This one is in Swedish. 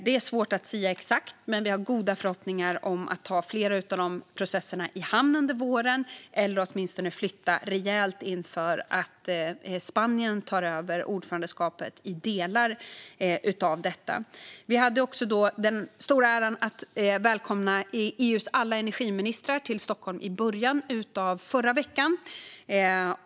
Det är svårt att sia om något exakt, men vi har goda förhoppningar om att kunna ro flera av de processerna i hamn under våren - eller åtminstone flytta positionerna rejält i delar av detta inför att Spanien tar över ordförandeskapet. Vi hade också den stora äran att välkomna EU:s alla energiministrar till Stockholm i början av förra veckan.